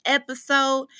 episode